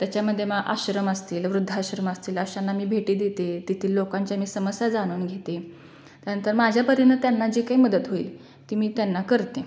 त्याच्यामध्ये मं आश्रम असतील वृद्धाश्रम असतील अशांना मी भेटी देते तेथील लोकांच्या मी समस्या जाणून घेते त्यानंतर माझ्या परीने त्यांना जी काही मदत होईल ती मी त्यांना करते